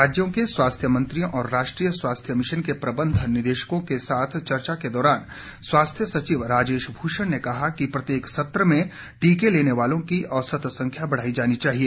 राज्यों के स्वास्थ्य मंत्रियों और राष्ट्रीय स्वास्थ्य मिशन के प्रबंध निदेशकों के साथ चर्चा के दौरान स्वास्थ्य सचिव राजेश भूषण ने कहा कि प्रत्येक सत्र में टीके लेने वालों की औसत संख्या बढ़ाई जानी चाहिए